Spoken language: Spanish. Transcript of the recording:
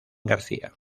garcía